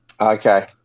Okay